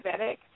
diabetic